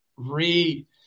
Re